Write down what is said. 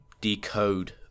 decode